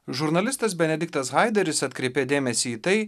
žurnalistas benediktas haideris atkreipė dėmesį į tai